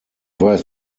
weiß